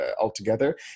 altogether